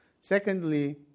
Secondly